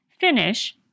Finish